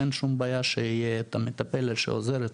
אין שום בעיה שתהיה המטפלת שעוזרת.